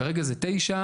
כרגע זה תשע.